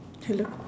hello